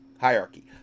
hierarchy